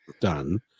done